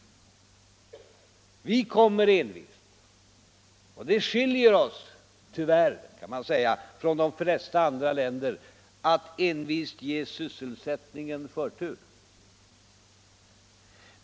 Vi kommer att envist ge sysselsättningen förtur. Detta skiljer oss — tyvärr, kan man säga — från de flesta andra länder.